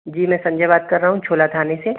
जी मैं संजय बात कर रहा हूँ छोला थाने से